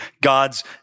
God's